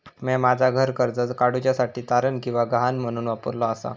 म्या माझा घर कर्ज काडुच्या साठी तारण किंवा गहाण म्हणून वापरलो आसा